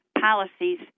policies